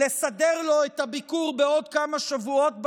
לסדר לו את הביקור בעוד כמה שבועות באמירויות,